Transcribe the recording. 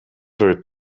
very